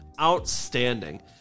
outstanding